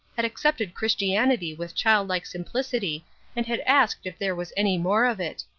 had accepted christianity with childlike simplicity and had asked if there was any more of it.